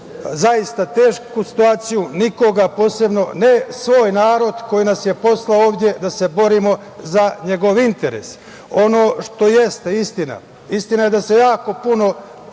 zaista tešku situaciju nikoga, posebno ne svoj narod koji nas je poslao ovde da se borimo za njegov interes. Ono što jeste istina, istina je da se jako puno